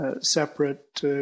separate